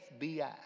FBI